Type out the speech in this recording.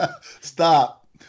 stop